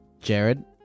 Jared